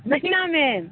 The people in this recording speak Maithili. बेतनामे